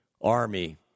army